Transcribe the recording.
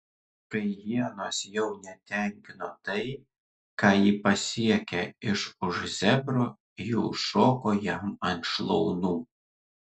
kai hienos jau netenkino tai ką ji pasiekia iš už zebro ji užšoko jam ant šlaunų